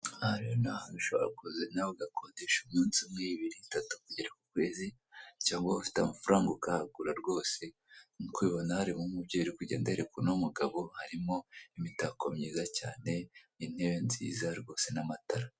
Hubatse mu buryo bw'igisharagati, hicayemo abasore n'inkumi, harimo n'abandi bari kugenda batambuka bigaragara ko ari mu mujyi ahantu muri Kigali.